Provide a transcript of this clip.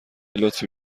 لطفی